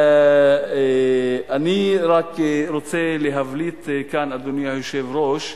אני רק רוצה להבליט כאן, אדוני היושב-ראש,